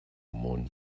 món